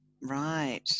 Right